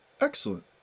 Excellent